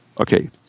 Okay